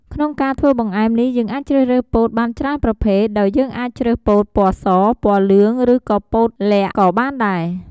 ក្នុងការធ្វើបង្អែមនេះយើងអាចជ្រើសរើសពោតបានច្រើនប្រភេទ ដោយយើងអាចជ្រើសពោតពណ៌ស ពណ៌លឿង ឬក៏ពោតល័ខក៏បានដែរ។